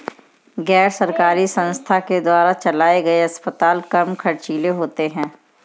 गैर सरकारी संस्थान के द्वारा चलाये गए अस्पताल कम ख़र्चीले होते हैं